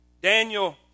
Daniel